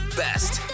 best